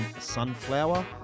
sunflower